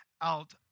out